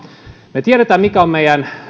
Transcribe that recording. me tiedämme mikä on meidän